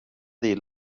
dir